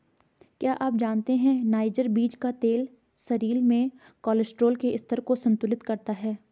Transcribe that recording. क्या आप जानते है नाइजर बीज का तेल शरीर में कोलेस्ट्रॉल के स्तर को संतुलित करता है?